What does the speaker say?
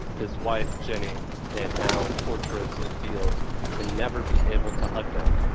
his wife jenny and how torturous it feels to never be able to hug them,